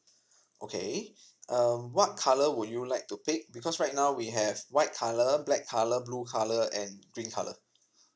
okay um what colour would you like to pick because right now we have white colour black colour blue colour and green colour